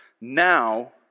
Now